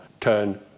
turn